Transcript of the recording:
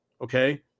Okay